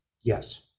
Yes